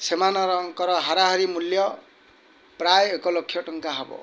ସେମାନଙ୍କର ହାରାହାରି ମୂଲ୍ୟ ପ୍ରାୟ ଏକଲକ୍ଷ ଟଙ୍କା ହେବ